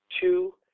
two